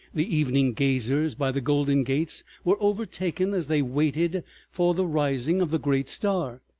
the evening gazers by the golden gates were overtaken as they waited for the rising of the great star.